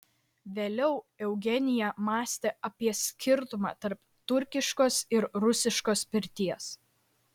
vėliau eugenija mąstė apie skirtumą tarp turkiškos ir rusiškos pirties